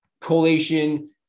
collation